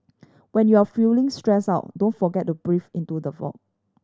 when you are feeling stressed out don't forget to breathe into the void